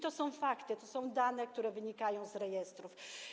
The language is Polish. To są fakty, to są dane, które wynikają z rejestrów.